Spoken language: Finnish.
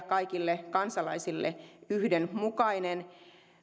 kaikille kansalaisille yhdenmukainen